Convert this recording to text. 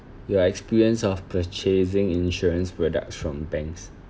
your experience of purchasing insurance products from banks